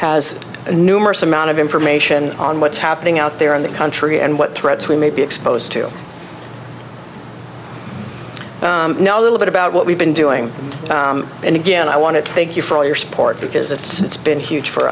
a numerous amount of information on what's happening out there in the country and what threats we may be exposed to now a little bit about what we've been doing and again i want to thank you for all your support because it's been huge for